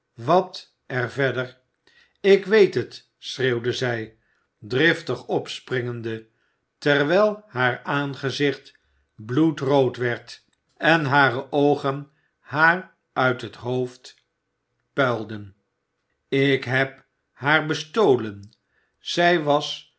wat er verder ik weet het schreeuwde zij driftig opspringende terwijl haar aangezicht bloedrood werd en hare oogen haar uit het hoofd puilden ik heb haar bestolen zij was